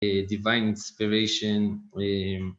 divine inspiration